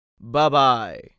Bye-bye